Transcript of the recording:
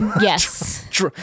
Yes